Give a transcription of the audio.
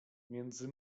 między